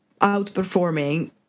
outperforming